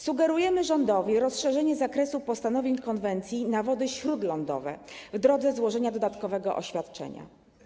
Sugerujemy rządowi rozszerzenie zakresu postanowień konwencji na wody śródlądowe w drodze złożenia dodatkowego oświadczenia.